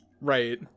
Right